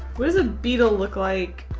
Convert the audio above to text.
what does a beetle look like?